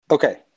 Okay